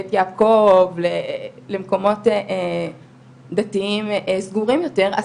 לבית יעקב, למקומות דתיים סגורים יותר.